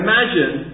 Imagine